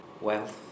wealth